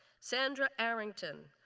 sandra arrington,